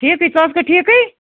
ٹھیٖکٕے ژٕ اوسکھا ٹھیٖکٕے